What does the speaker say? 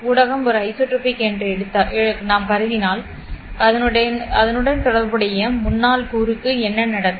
ஊடகம் ஒரு ஐசோட்ரோபிக் என்று நாம் கருதினால் அதனுடன் தொடர்புடைய முன்னாள் கூறுக்கு என்ன நடக்கும்